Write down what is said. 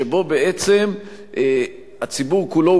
שבו בעצם הציבור כולו,